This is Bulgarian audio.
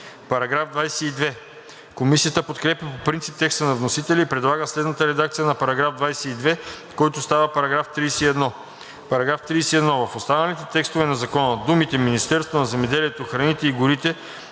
в § 30. Комисията подкрепя по принцип текста на вносителя и предлага следната редакция на § 22, който става § 31: „§ 31. В останалите текстове на закона думите „Министерството на земеделието, храните и горите“,